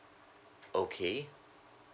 okay